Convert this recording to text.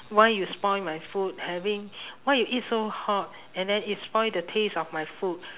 why you spoil my food having why you eat so hot and then it spoil the taste of my food